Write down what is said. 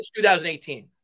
2018